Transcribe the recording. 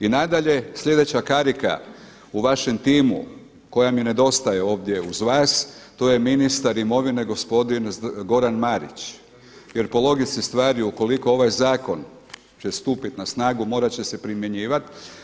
I nadalje, sljedeća karika u vašem timu koja mi nedostaje ovdje uz vas to je ministar imovine gospodin Goran Marić jer po logici stvari ukoliko ovaj zakon će stupit na snagu, morat će se primjenjivat.